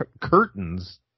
curtains